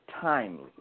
timely